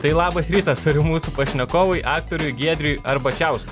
tai labas rytas tariu mūsų pašnekovui aktoriui giedriui arbačiauskui